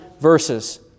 verses